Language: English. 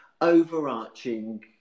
overarching